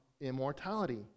immortality